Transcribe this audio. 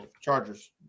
Chargers